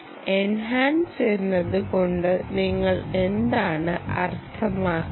enhance എന്നത് കൊണ്ട് നിങ്ങൾ എന്താണ് അർത്ഥമാക്കുന്നത്